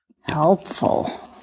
Helpful